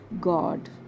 God